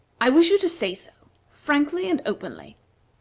i wish you to say so, frankly and openly.